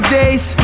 days